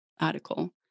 article